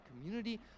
community